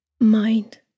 mind